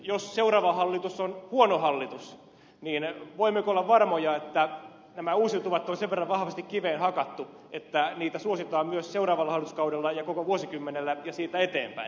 jos seuraava hallitus on huono hallitus niin voimmeko olla varmoja että nämä uusiutuvat on sen verran vahvasti kiveen hakattu että niitä suositaan myös seuraavalla hallituskaudella ja koko vuosikymmenellä ja siitä eteenpäin